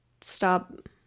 stop